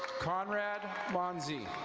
conrand monzi.